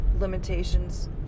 limitations